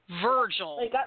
Virgil